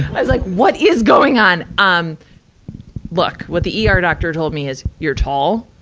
i was like, what is going on? um look, what the er doctor told me is, you're tall.